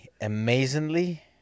Amazingly